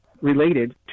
related